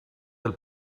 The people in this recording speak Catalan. del